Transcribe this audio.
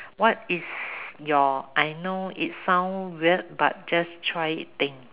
what is your I know it sound weird but just try it thing